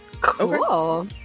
Cool